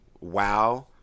wow